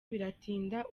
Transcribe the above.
biratinda